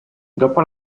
dopo